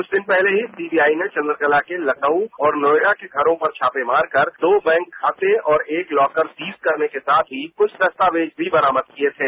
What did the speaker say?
कुछ दिन पहले सीबीआई ने चन्द्रकला के लखनऊ और नोएडा के घरों पर छापे मारकर दो बैंक खाते और एक लॉकर सील करने के साथ ही कुछ दस्तावेज भी बरामद किए थे